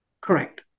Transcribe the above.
Correct